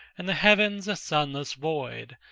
and the heavens a sunless void,